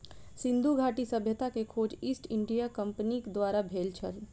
सिंधु घाटी सभ्यता के खोज ईस्ट इंडिया कंपनीक द्वारा भेल छल